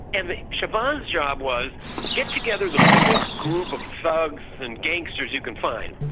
and shaban's job was get together the biggest group of thugs and gangsters you can find,